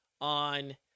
on